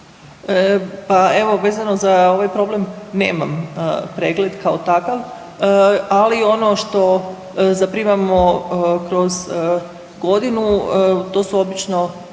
Pa evo vezano za ovaj problem nemam pregled kao takav, ali ono što zaprimamo kroz godinu to su obično